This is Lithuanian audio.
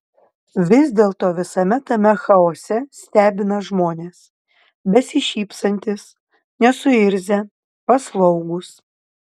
vis dėlto visame tame chaose stebina žmonės besišypsantys nesuirzę paslaugūs